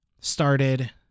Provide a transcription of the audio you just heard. started